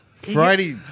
Friday